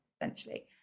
essentially